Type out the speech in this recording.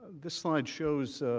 this slide shows,